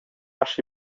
aschi